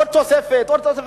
עוד תוספת, עוד תוספת.